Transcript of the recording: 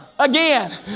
again